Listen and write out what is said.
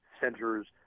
centers